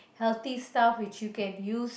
healthy stuff which you can use